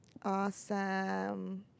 awesome